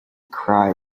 cry